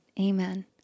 Amen